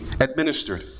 administered